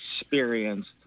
experienced